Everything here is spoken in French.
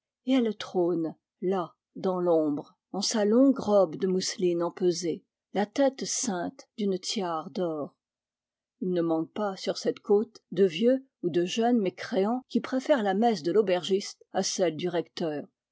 et elle trône là dans l'ombre en sa longue robe de mousseline empesée la tête ceinte d'une tiare d'or il ne manque pas sur cette côte de vieux ou de jeunes mécréants qui préfèrent la messe de l'aubergiste à celle du recteur